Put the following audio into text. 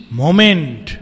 moment